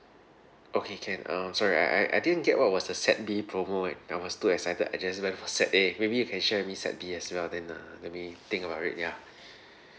okay can um sorry I I I didn't get what was the set B promo and I was too excited I just went for set A maybe you can share with me set B as well then uh let me think about it ya